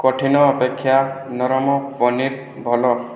କଠିନ ଅପେକ୍ଷା ନରମ ପନିର ଭଲ